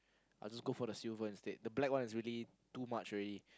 I just go for the silver instead the black one is really too much already